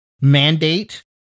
mandate